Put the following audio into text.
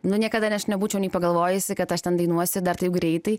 nu niekada nebūčiau nei pagalvojusi kad aš ten dainuosi dar taip greitai